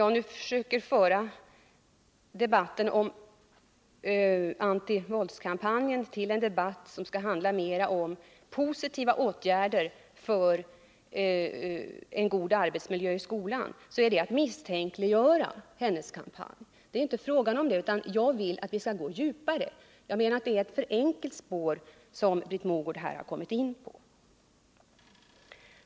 Jag försökte få antivåldskampanjen till att mer handla om positiva åtgärder för att åstadkomma en god arbetsmiljö. Det är, säger Britt Mogård, att misstänkliggöra hennes kampanj. Men det är inte fråga om det. Jag vill att vi skall gå djupare, och jag anser att det är ett för enkelt spår som Britt Mogård har kommit in på.